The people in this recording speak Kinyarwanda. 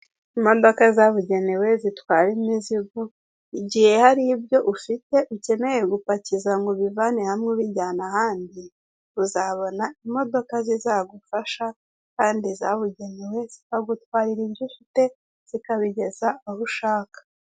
Imodoka zabugenewe zitwara imizigo, igihe hari ibyo ufite ukeneye gupakiza ngo ubivane hamwe ubijyana ahandi, uzabona imodoka zizagufasha kandi zabugenewe, zikagutwarira ibyo ufite, zikabigeza aho ushaka.